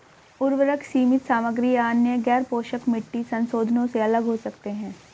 उर्वरक सीमित सामग्री या अन्य गैरपोषक मिट्टी संशोधनों से अलग हो सकते हैं